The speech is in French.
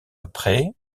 après